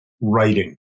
writing